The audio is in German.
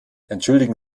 entschuldigen